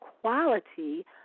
quality